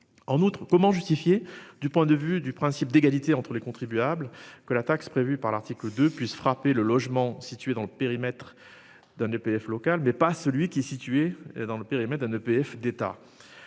En outre, comment justifier du point de vue du principe d'égalité entre les contribuables que la taxe prévue par l'article de puisse frapper le logement situé dans le périmètre. D'un EPF local mais pas celui qui est située dans le périmètre d'un EPF d'État